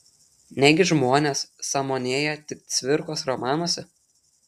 negi žmonės sąmonėja tik cvirkos romanuose